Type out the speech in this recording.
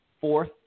fourth